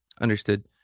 understood